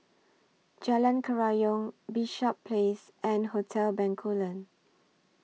Jalan Kerayong Bishops Place and Hotel Bencoolen